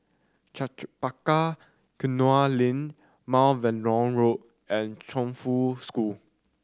Chempaka Kuning Link Mount Vernon Road and Chongfu School